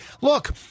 Look